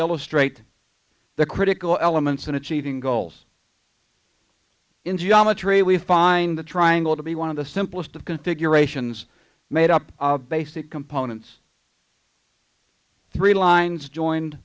illustrate the critical elements in achieving goals in geometry we find the triangle to be one of the simplest of configurations made up of basic components three lines joined